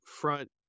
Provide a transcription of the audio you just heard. front